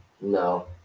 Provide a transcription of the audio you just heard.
No